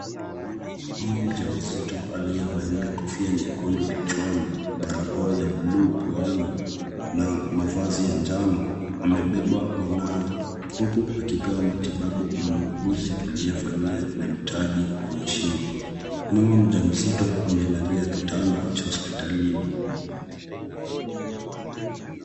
Mama mjamzito aliyevalia kofia nyekundu kichwani, barakoa ya bluu puani na mavazi ya njano amebeba mwanawe huku akipewa matibabu na muuguzi aliyevalia (cs)name tag(cs) kwenye shingo. Mama mjamzito amelalia kitanda cha hospitalini.